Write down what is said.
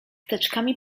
teczkami